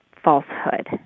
falsehood